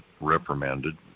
reprimanded